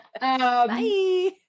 Bye